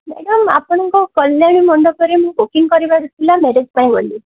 madam ଆପଣଙ୍କ କଲ୍ୟାଣୀ ମଣ୍ଡପରେ ମୁଁ ବୁକିଂ କରିବାର ଥିଲା ମ୍ୟାରେଜ୍ ପାଇଁ ବୋଲି